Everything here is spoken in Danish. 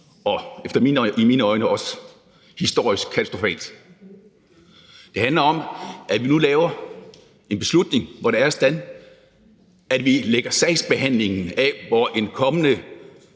og i mine øjne også historisk katastrofalt. Det handler om, at vi nu laver en beslutning, hvor det er sådan, at vi lægger sagsbehandlingen af, hvor en kommende